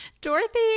Dorothy